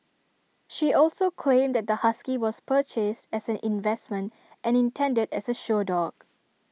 she also claimed that the husky was purchased as an investment and intended as A show dog